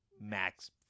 max